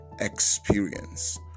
experience